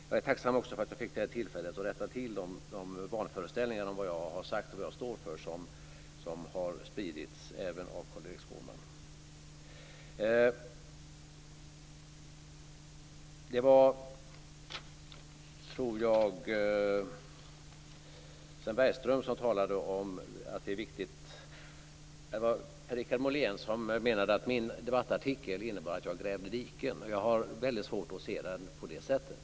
Jag är också tacksam för att jag fick det här tillfället att rätta till de vanföreställningar om vad jag har sagt och vad jag står för som har spridits, även av Per-Richard Molén menade att min debattartikel innebar att jag grävde diken. Jag har väldigt svårt att se den på det sättet.